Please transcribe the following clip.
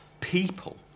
people